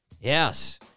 Yes